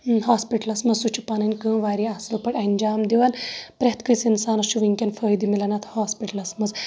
ہاسپِٹلس منٛز سہُ چھُ پَنٕنۍ کٲم واریاہ اَصٕل پٲٹھۍ اِنٛچام دِوان پریٚتھ کٲنٛسہِ اِنسانَس چھُ ؤنٛۍکیٚن فٲیدٕ مَلان اَتھ ہاسپِٹلس منٛز